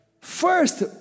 first